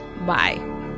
Bye